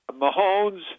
Mahomes